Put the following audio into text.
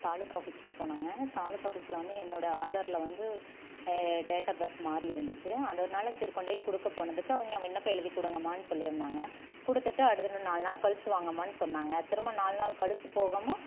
தாலுக்கா ஆஃபீஸ்க்கு போனோங்க தாலுக்கா ஆஃபீஸில் வந்து என்னோடய ஆதாரில் வந்து டேட் ஆஃப் பர்த் மாறி இருந்துச்சு அதனால் சரி கொண்டு போய் கொடுக்க போனதுக்கு அவங்க விண்ணப்பம் எழுதி கொடுங்கம்மான்னு சொல்லியிருந்தாங்க கொடுத்துட்டு அடுத்து இன்னும் நாலு நாள் கழித்து வாங்கம்மான்னு சொன்னாங்க திரும்ப நாலு நாள் கழித்து போகாம